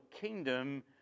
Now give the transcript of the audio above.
kingdom